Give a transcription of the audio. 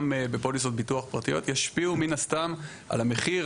בפוליסות ביטוח פרטיות ישפיעו מן הסתם על המחיר,